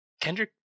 Kendrick